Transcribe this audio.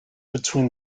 between